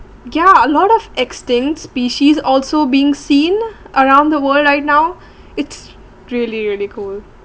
yeah a lot of extinct species also being seen around the world right now it's really really cool